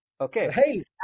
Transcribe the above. Okay